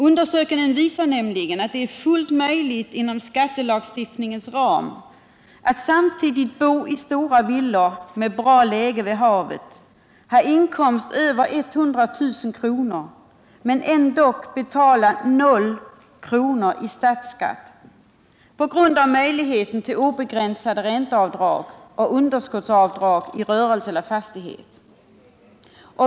Undersökningen visar att det är fullt möjligt inom skattelagstiftningens ram att bo i stora villor med bra läge vid havet, ha inkomst över 100 000 kr. men ändock betala 0 kr. i statsskatt — på grund av möjligheten till obegränsade ränteavdrag och underskottsavdrag i rörelse eller fastighet.